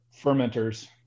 fermenters